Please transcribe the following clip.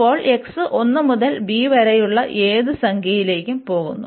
അപ്പോൾ x 1 മുതൽ b വരെയുള്ള ഏത് സംഖ്യയിലേക്കും പോകുന്നു